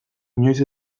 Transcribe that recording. inoiz